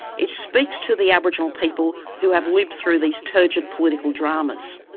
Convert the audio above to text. it speaks to the aboriginal people who have lived through these turgid political dramas.